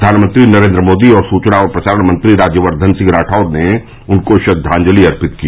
प्रधानमंत्री नरेन्द्र मोदी और सूचना और प्रसारण मंत्री कर्नल राज्यवर्धन सिंह राठौर ने उनको श्रद्वांजलि अर्पित की